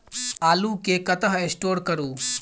आलु केँ कतह स्टोर करू?